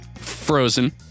Frozen